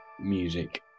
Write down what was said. music